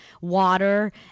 water